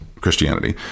Christianity